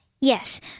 Yes